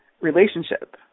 relationship